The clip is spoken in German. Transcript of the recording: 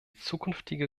zukünftige